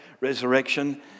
resurrection